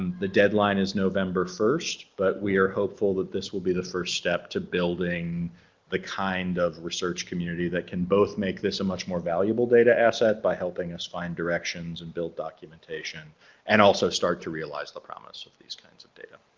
and the deadline is november first, but we are hopeful that this will be the first step to building the kind of research community that can both make this a much more valuable data asset by helping us find directions and build documentation and also start to realize the promise of these kinds of data.